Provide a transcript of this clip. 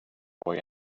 boy